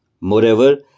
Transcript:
Moreover